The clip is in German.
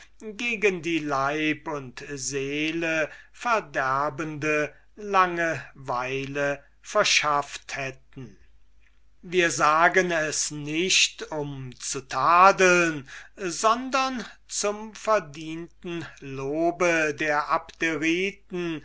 gegen die leib und seele verderbliche langeweile verschafft hätten wir sagen es nicht um zu tadeln sondern zum verdienten lob der